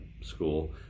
school